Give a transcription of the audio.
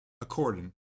according